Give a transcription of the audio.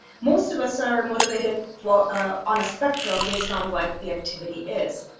most of us are motivated for ah on a spectrum based on what the activity is.